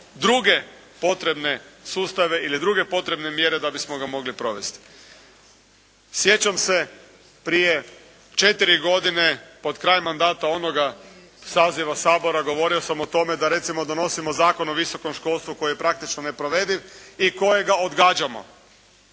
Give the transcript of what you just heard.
uspostavimo druge potrebne mjere da bismo ga mogli provesti. Sjećam se prije 4 godine, pred kraj mandata onoga saziva Sabora govorio sam o tome da recimo donosimo Zakon o visokom školstvu koji je zapravo neprovediv i kojega odgađamo,